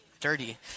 dirty